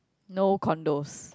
no condos